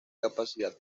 capacidad